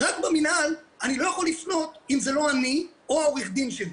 רק במינהל אני לא יכול לפנות אם זה לא אני או עורך הדין שלי.